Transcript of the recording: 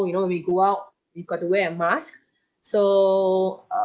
you know when we go out we got to wear a mask so err